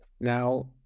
Now